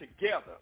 together